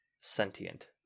sentient